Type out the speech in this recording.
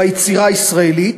ביצירה הישראלית,